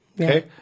Okay